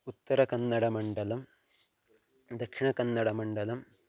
उत्तरकन्नडमण्डलं दक्षिणकन्नडमण्डलं